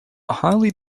highly